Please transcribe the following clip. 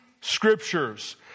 scriptures